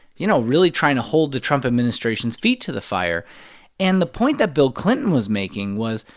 you know, really trying to hold the trump administration's feet to the fire and the point that bill clinton was making was,